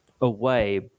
away